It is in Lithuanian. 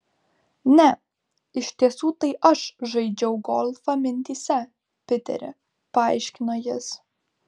ne iš tiesų tai aš žaidžiau golfą mintyse piteri paaiškino jis